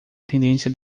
tendência